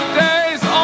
days